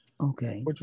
Okay